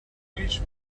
wish